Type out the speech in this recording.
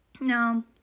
no